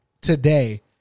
today